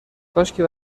کاشکی